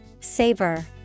Savor